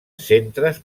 centres